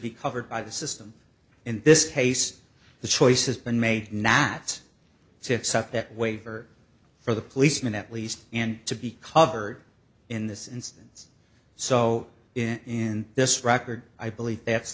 be covered by the system in this case the choice has been made not to accept that waiver for the policemen at least and to be covered in this instance so in this record i believe that's